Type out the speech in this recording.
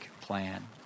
plan